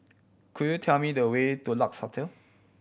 could you tell me the way to Lex Hotel